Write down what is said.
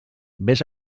vés